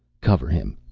cover him.